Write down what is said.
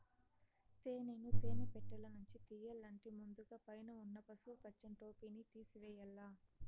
తేనెను తేనె పెట్టలనుంచి తియ్యల్లంటే ముందుగ పైన ఉన్న పసుపు పచ్చని టోపిని తేసివేయల్ల